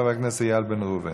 חבר הכנסת איל בן ראובן.